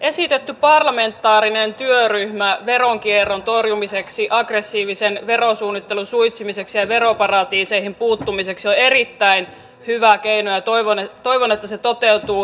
esitetty parlamentaarinen työryhmä veronkierron torjumiseksi aggressiivisen verosuunnittelun suitsimiseksi ja veroparatiiseihin puuttumiseksi on erittäin hyvä keino ja toivon että se toteutuu